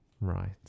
right